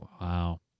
Wow